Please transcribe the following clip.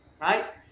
Right